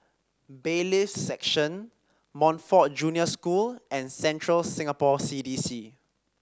Bailiffs' Section Montfort Junior School and Central Singapore C D C